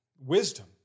wisdom